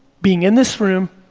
being in this room,